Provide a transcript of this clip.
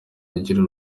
agira